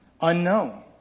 unknown